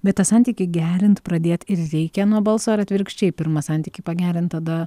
bet tą santykį gerint pradėt ir reikia nuo balso ar atvirkščiai pirma santykį pagerint tada